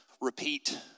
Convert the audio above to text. repeat